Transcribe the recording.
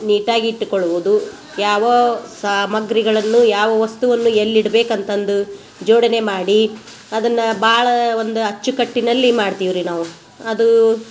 ನೀಟಾಗಿಟ್ಟುಕೊಳ್ಳುವುದು ಯಾವ ಸಾಮಗ್ರಿಗಳನ್ನು ಯಾವ ವಸ್ತುವನ್ನು ಎಲ್ಲಿ ಇಡ್ಬೇಕಂತಂದು ಜೋಡಣೆ ಮಾಡಿ ಅದನ್ನ ಭಾಳ ಒಂದು ಅಚ್ಚುಕಟ್ಟಿನಲ್ಲಿ ಮಾಡ್ತಿವ್ರಿ ನಾವು ಅದು